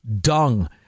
dung